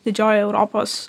didžioji europos